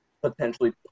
potentially